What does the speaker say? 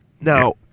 Now